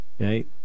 Okay